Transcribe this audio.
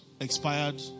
expired